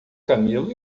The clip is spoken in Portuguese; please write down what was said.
camelo